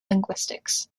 linguistics